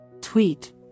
Tweet